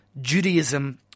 Judaism